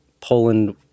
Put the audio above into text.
Poland